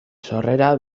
sorrera